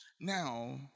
Now